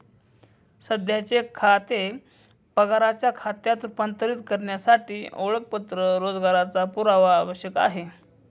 सध्याचे खाते पगाराच्या खात्यात रूपांतरित करण्यासाठी ओळखपत्र रोजगाराचा पुरावा आवश्यक आहे